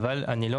בעברית.